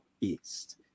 East